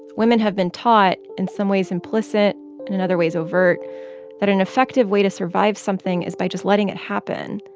women have been taught in some ways implicit and in other ways overt that an effective way to survive something is by just letting it happen.